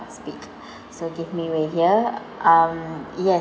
speak so give me way here um yes